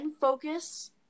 focus